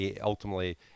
ultimately